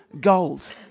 gold